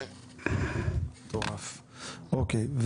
אוקיי,